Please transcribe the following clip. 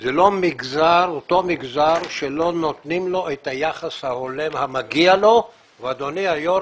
זה אותו מגזר שלא נותנים לו את היחס ההולם המגיע לו ואדוני היושב ראש,